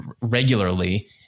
regularly